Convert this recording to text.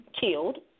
killed